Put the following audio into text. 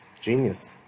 genius